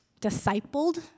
discipled